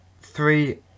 three